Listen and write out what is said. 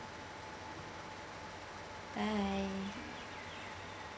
bye